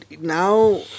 now